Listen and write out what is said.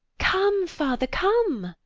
come, father, come.